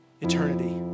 eternity